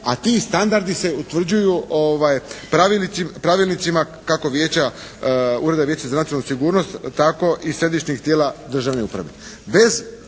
a ti standardi se utvrđuju pravilnicima kako Ureda Vijeća za nacionalnu sigurnost tako i središnjih tijela državne uprave.